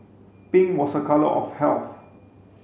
pink was a colour of health